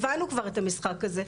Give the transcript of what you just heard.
הבנו כבר את המשחק הזה,